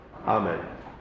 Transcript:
amen